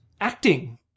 acting